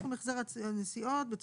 "החזר הוצאות נסיעה - סכום החזר הנסיעות